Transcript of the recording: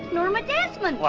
norma desmond!